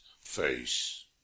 face